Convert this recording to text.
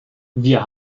wir